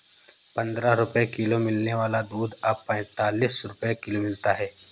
पंद्रह रुपए किलो मिलने वाला दूध अब पैंतालीस रुपए किलो मिलता है